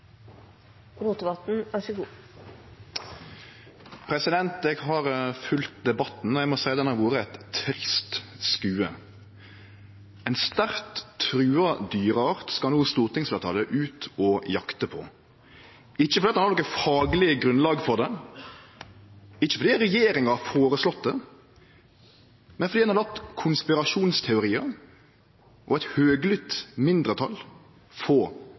Eg har følgt debatten, og eg må seie han har vore eit trist syn. Ein sterkt trua dyreart skal stortingsfleirtalet no ut og jakte på, ikkje fordi ein har noko fagleg grunnlag for det, ikkje fordi regjeringa har føreslått det, men fordi ein har latt konspirasjonsteoriar og eit høglydt mindretal få